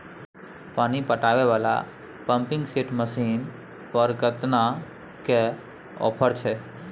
पानी पटावय वाला पंपिंग सेट मसीन पर केतना के ऑफर छैय?